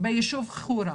ביישוב חורה,